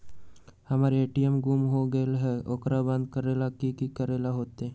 हमर ए.टी.एम गुम हो गेलक ह ओकरा बंद करेला कि कि करेला होई है?